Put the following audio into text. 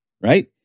Right